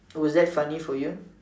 was that funny for you